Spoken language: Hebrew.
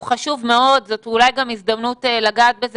הוא חשוב מאוד וזאת אולי גם הזדמנות לגעת בזה